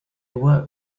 work